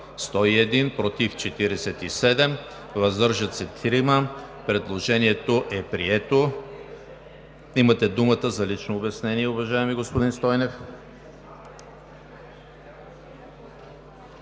101, против 47, въздържали се 3. Предложението е прието. Имате думата за лично обяснение, уважаеми господин Стойнев.